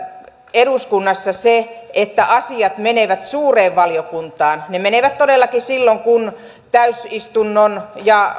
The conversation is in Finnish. eduskunnassa se että asiat menevät suureen valiokuntaan ne menevät todellakin silloin kun täysistunnon ja